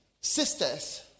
sisters